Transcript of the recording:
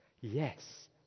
yes